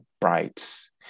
brights